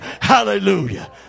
Hallelujah